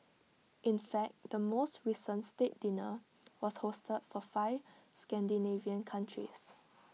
in fact the most recent state dinner was hosted for five Scandinavian countries